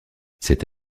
cette